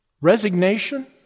Resignation